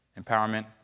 empowerment